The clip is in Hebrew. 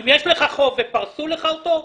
אם יש לך חוב ופרסו לך אותו,